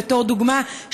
בתור דוגמה,